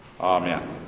Amen